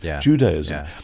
judaism